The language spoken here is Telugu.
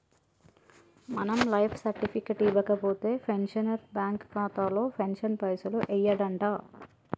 మనం లైఫ్ సర్టిఫికెట్ ఇవ్వకపోతే పెన్షనర్ బ్యాంకు ఖాతాలో పెన్షన్ పైసలు యెయ్యడంట